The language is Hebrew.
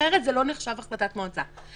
אחרת זה לא נחשב החלטת מועצה.